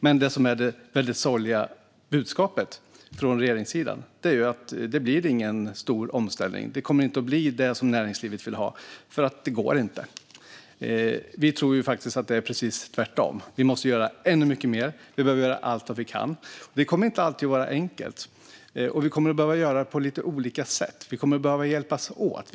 Men det väldigt sorgliga budskapet från regeringssidan är att det inte blir någon stor omställning. Det kommer inte att bli det som näringslivet vill ha, för det går inte. Vi tror faktiskt att det är precis tvärtom. Vi måste göra ännu mycket mer. Vi behöver göra allt vi kan. Det kommer inte alltid att vara enkelt, och vi kommer att behöva göra det på lite olika sätt. Vi kommer att behöva hjälpas åt.